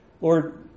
Lord